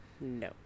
No